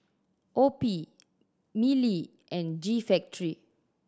OPI Mili and G Factory